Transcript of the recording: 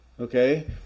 okay